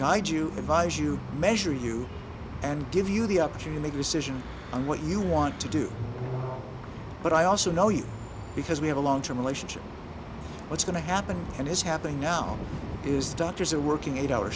guide you advise you measure you and give you the option to make a decision on what you want to do but i also know you because we have a long term relationship what's going to happen and it's happening now is doctors are working eight hour